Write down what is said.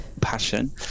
passion